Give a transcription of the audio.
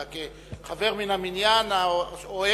אלא כחבר מן המניין האוהב